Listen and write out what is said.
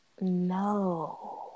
No